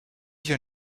your